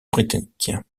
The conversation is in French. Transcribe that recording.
britannique